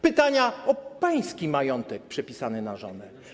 Pytania o pański majątek przepisany na żonę.